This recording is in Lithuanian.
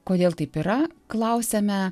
kodėl taip yra klausiame